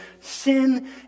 sin